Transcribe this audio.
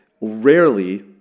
rarely